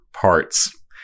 parts